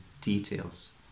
details